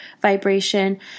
vibration